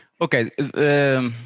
Okay